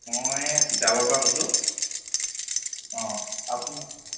মই তিতাবৰৰ পৰা কৈছোঁ অ আপোনাৰ